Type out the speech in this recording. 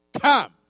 Come